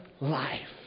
life